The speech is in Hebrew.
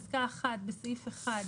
(1)בסעיף 1,